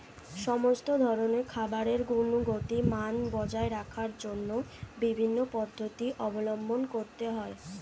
সমস্ত ধরনের খাবারের গুণগত মান বজায় রাখার জন্য বিভিন্ন পদ্ধতি অবলম্বন করতে হয়